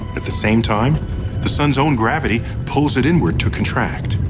at the same time the sun's own gravity pulls it inward to contract.